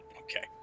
Okay